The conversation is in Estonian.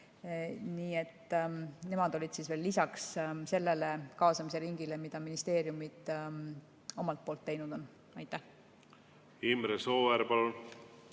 Nii et nemad olid veel lisaks sellele kaasamisringile, mida ministeeriumid omalt poolt teinud on. Imre Sooäär,